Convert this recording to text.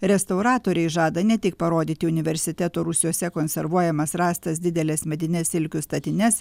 restauratoriai žada ne tik parodyti universiteto rūsiuose konservuojamas rastas dideles medines silkių statines